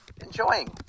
enjoying